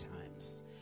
times